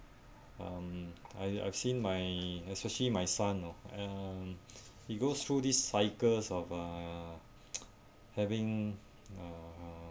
um I I've seen my especially my son know um he goes through these cycles of uh having uh